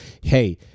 Hey